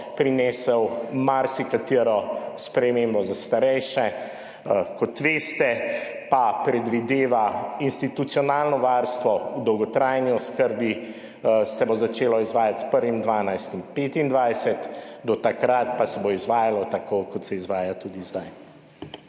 prinesel marsikatero spremembo za starejše. Kot veste, pa predvideva, institucionalno varstvo v dolgotrajni oskrbi se bo začelo izvajati s 1. 12. 2025, do takrat pa se bo izvajalo tako, kot se izvaja tudi zdaj.